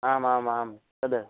आम् आम् आम् तद्